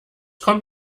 kommt